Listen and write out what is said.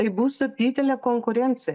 tai bus didelė konkurencija